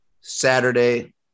Saturday